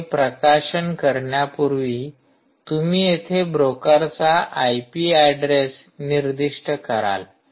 तुम्ही प्रकाशन करण्यापूर्वी तुम्ही येथे ब्रोकरचा आय पी ऍड्रेस निर्दिष्ट कराल